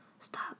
Stop